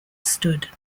stood